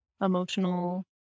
emotional